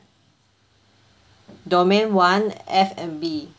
domain one F&B